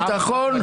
ביטחון,